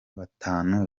batanu